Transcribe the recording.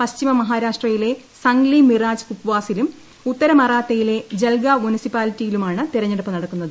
പശ്ചിമ മഹാരാഷ്ട്രയിലെ സംഗ്ലി മിറാജ് കുപ്വാസിലും ഉത്തരമറാത്തയിലെ ജൽഗാവ് മുനിസിപ്പാലിറ്റിയിലുമാണ് തെരഞ്ഞെടുപ്പ് നടക്കുന്നത്